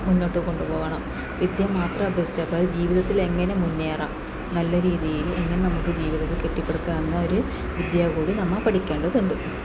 മുന്നോട്ടുകൊണ്ടുപോവണം വിദ്യ മാത്രം അഭ്യസിച്ചാൽ പോരാ ജീവിതത്തിൽ എങ്ങനെ മുന്നേറാം നല്ല രീതിയിൽ എങ്ങനെ നമുക്ക് ജീവിതത്തെ കെട്ടിപ്പെടുക്കാം എന്നൊരു വിദ്യ കൂടി നമ്മൾ പഠിക്കേണ്ടതുണ്ട്